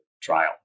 trial